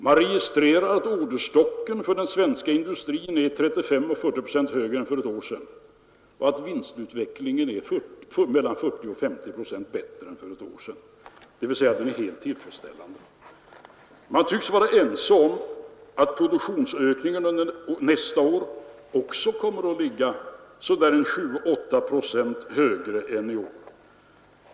Man registrerar att orderstocken för den svenska industrin är 35—50 procent högre än för ett år sedan och att vinstutvecklingen är mellan 40 och 50 procent bättre än för ett år sedan, dvs. den är helt tillfredsställande. Man tycks vara överens om att produktionsökningen under nästa år också kommer att ligga 7—8 procent högre än i år.